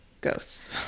ghosts